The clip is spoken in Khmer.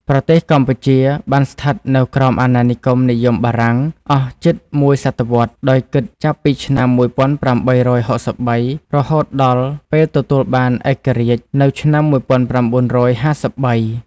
ប្រទេសកម្ពុជា បានស្ថិតនៅក្រោមអាណានិគមនិយមបារាំង អស់ជិតមួយសតវត្ស ដោយ គិតចាប់ពីឆ្នាំ១៨៦៣ រហូតដល់ ពេលទទួលបានឯករាជ្យនៅឆ្នាំ១៩៥៣។